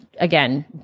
Again